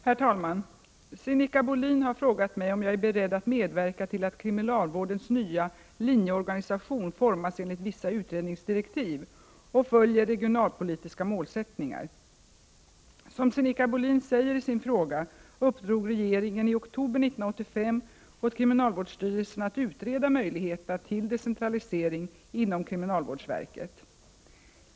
Herr talman! Sinikka Bohlin har frågat mig om jag är beredd att medverka till att kriminalvårdens nya linjeorganisation formas enligt vissa utredningsdirektiv och följer regionalpolitiska målsättningar. Som Sinikka Bohlin säger i sin fråga uppdrog regeringen i oktober 1985 åt kriminalvårdsstyrelsen att utreda möjligheterna till decentralisering inom kriminalvårdsverket.